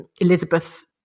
Elizabeth